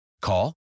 Call